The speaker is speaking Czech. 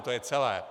To je celé.